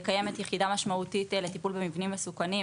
קיימת יחידה משמעותית לטיפול במבנים מסוכנים.